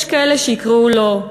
יש כאלה שיקראו לו,